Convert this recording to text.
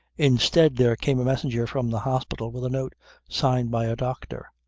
instead there came a messenger from the hospital with a note signed by a doctor.